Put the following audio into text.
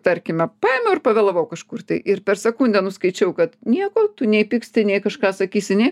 tarkime paėmiau ir pavėlavau kažkur tai ir per sekundę nuskaičiau kad nieko tu nei pyksti nei kažką sakysi nei